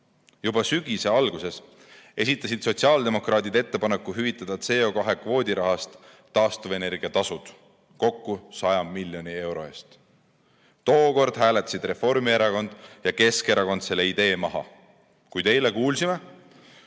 Juba sügise alguses esitasid sotsiaaldemokraadid ettepaneku hüvitada CO2kvoodi rahast taastuvenergia tasusid kokku 100 miljoni euro ulatuses. Tookord hääletasid Reformierakond ja Keskerakond selle idee maha, kuid eile kuulsime,